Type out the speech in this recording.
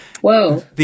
Whoa